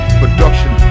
production